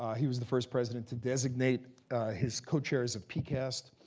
he was the first president to designate his co-chairs of pcast.